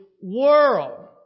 world